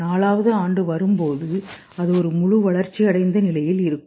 4 ஆண்டு வரும் போது அது ஒரு முழு வளர்ச்சி அடைந்த நிலையில் இருக்கும்